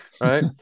Right